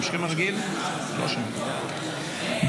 הסתייגות 8 לא נתקבלה.